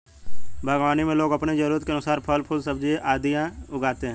बागवानी में लोग अपनी जरूरत के अनुसार फल, फूल, सब्जियां आदि उगाते हैं